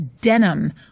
denim